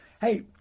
Hey